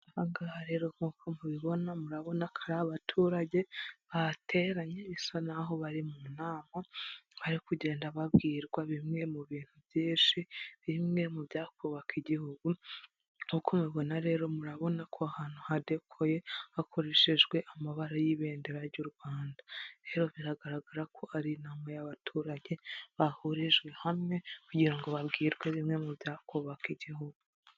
Aba ngaba rero nk'uko mubibona, murabona ko ari abaturage bateranye bisa n'aho bari mu nama, bari kugenda babwirwa bimwe mu bintu byinshi, bimwe mu byakuka igihugu, nk'uko mubibona rero murabona ko ahantu hadakoye hakoreshejwe amabara y'ibendera ry'u Rwanda. Rero biragaragara ko ari inama y'abaturage bahurijwe hamwe kugira ngo babwirwe bimwe mu byakubaka igihugu.